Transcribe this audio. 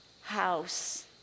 house